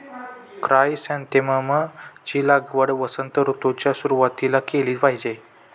chrysanthemum ची लागवड वसंत ऋतूच्या सुरुवातीला केली पाहिजे